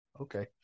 okay